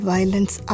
Violence